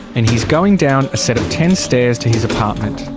and he's going down a set of ten stairs to his apartment.